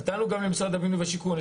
נתנו גם למשרד הבינוי והשיכון.